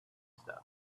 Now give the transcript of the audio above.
stuff